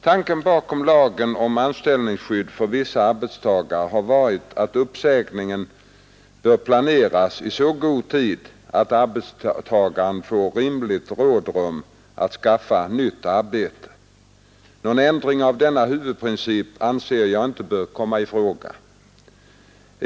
Tanken bakom lagen om anställningsskydd för vissa arbetstagare har varit att uppsägning bör planeras i så god tid att arbetstagaren får rimligt rådrum att skaffa nytt arbete. Någon ändring av denna huvudprincip anser jag inte bör komma i fråga.